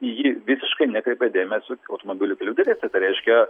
į jį visiškai nekreipė dėmesio automobilių kelių direkcija tai reiškia